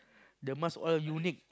the mask all unique